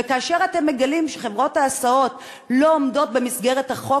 וכאשר אתם מגלים שחברות ההסעות לא עומדות במסגרת החוק,